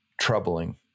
troubling